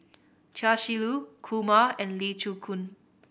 Chia Shi Lu Kumar and Lee Chin Koon